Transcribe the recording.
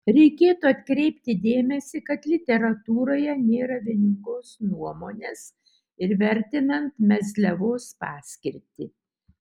reikėtų atkreipti dėmesį kad literatūroje nėra vieningos nuomonės ir vertinant mezliavos paskirtį